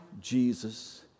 Jesus